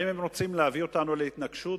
האם הם רוצים להביא אותנו להתנגשות?